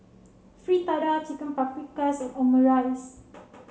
Fritada Chicken Paprikas and Omurice